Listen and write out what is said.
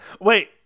Wait